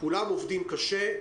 כולם עובדים קשה.